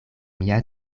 mia